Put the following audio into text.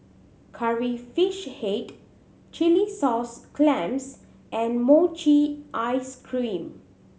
Curry Fish Head chilli sauce clams and mochi ice cream